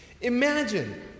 imagine